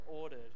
ordered